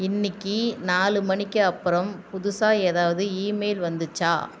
இன்னைக்கி நாலு மணிக்கு அப்புறம் புதுசாக ஏதாவது ஈமெயில் வந்துச்சா